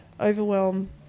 overwhelm